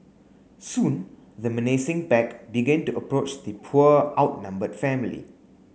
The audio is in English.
soon the menacing back begin to approach the poor outnumbered family